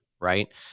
right